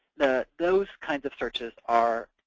those kinds of searches are